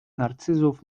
narcyzów